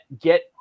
get